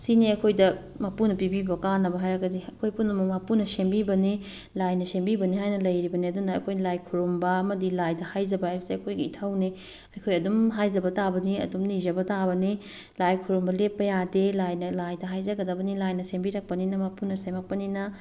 ꯁꯤꯅꯦ ꯑꯩꯈꯣꯏꯗ ꯃꯄꯨꯅ ꯄꯤꯕꯤꯕ ꯀꯥꯟꯅꯕ ꯍꯥꯏꯔꯒꯗꯤ ꯑꯩꯈꯣꯏ ꯄꯨꯝꯅꯃꯛ ꯃꯄꯨꯅ ꯁꯦꯝꯕꯤꯕꯅꯤ ꯂꯥꯏꯅ ꯁꯦꯝꯕꯤꯕꯅꯤ ꯍꯥꯏꯅ ꯂꯩꯔꯤꯕꯅꯦ ꯑꯗꯨꯅ ꯑꯩꯈꯣꯏ ꯂꯥꯏ ꯈꯨꯔꯨꯝꯕ ꯑꯃꯗꯤ ꯂꯥꯏꯗ ꯍꯥꯏꯖꯕ ꯍꯥꯏꯕꯁꯦ ꯑꯩꯈꯣꯏꯒꯤ ꯏꯊꯧꯅꯦ ꯑꯩꯈꯣꯏ ꯑꯗꯨꯝ ꯍꯥꯏꯖꯕ ꯇꯥꯕꯅꯤ ꯑꯗꯨꯝ ꯅꯤꯖꯕ ꯇꯥꯕꯅꯤ ꯂꯥꯏ ꯈꯨꯔꯨꯝꯕ ꯂꯦꯞꯄ ꯌꯥꯗꯦ ꯂꯥꯏꯗ ꯍꯥꯏꯖꯒꯗꯕꯅꯤ ꯂꯥꯏꯅ ꯁꯦꯝꯕꯤꯔꯛꯄꯅꯤꯅ ꯃꯄꯨꯅ ꯁꯦꯝꯃꯛꯄꯅꯤꯅ